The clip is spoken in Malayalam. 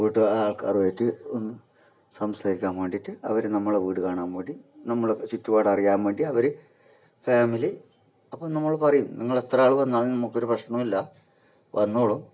വീട്ട് ആൾക്കാരുമായിട്ട് ഒന്ന് സംസാരിക്കാൻ വേണ്ടിയിട്ട് അവർ നമ്മളുടെ വീട് കാണാൻ വേണ്ടി നമ്മളുടെ ചുറ്റുപാട് അറിയാൻ വേണ്ടി അവർ ഫാമിലി അപ്പം നമ്മൾ പറയും നിങ്ങളെത്ര ആൾ വന്നാലും നമുക്കൊരു പ്രശ്നവുമില്ല വന്നോളു